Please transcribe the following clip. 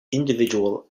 individual